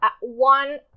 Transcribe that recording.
one